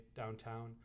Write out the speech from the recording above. downtown